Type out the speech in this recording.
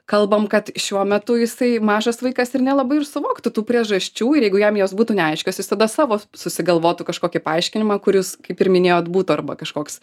kalbam kad šiuo metu jisai mažas vaikas ir nelabai ir suvoktų tų priežasčių ir jeigu jam jos būtų neaiškios jis tada savo susigalvotų kažkokį paaiškinimą kuris kaip ir minėjot būtų arba kažkoks